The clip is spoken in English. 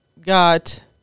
got